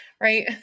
right